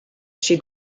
she